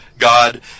God